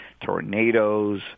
tornadoes